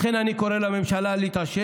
לכן אני קורא לממשלה להתעשת.